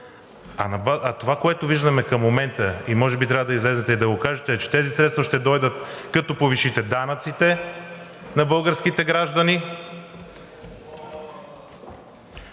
А това, което виждаме към момента и може би, трябва да излезете и да го кажете, е, че тези средства ще дойдат, като повишите данъците на българските граждани